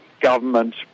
government